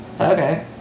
Okay